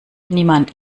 niemand